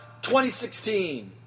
2016